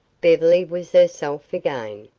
beverly was herself again.